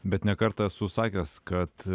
bet ne kartą esu sakęs kad